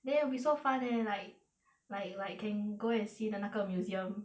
then it will be so far leh like like like can go and see 的那个 museum